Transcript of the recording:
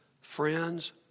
Friends